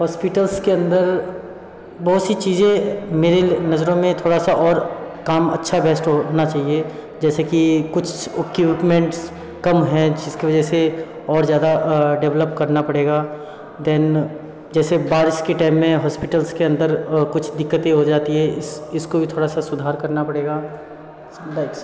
hospitals के अन्दर बहुत सी चीज़ें मेरे नजरों मे थोड़ा सा और काम अच्छा बेस्ट होना चाहिए जैसे कि कुछ उक्युप्मेंट्स कम हैं जिसके वजह से और ज़्यादा डेवलप करना पड़ेगा देन जैसे बारिश के टाइम में हॉस्पिटल्स के अन्दर कुछ दिक्कतें हो जाती है इसको भी थोड़ा सा सुधार करना पड़ेगा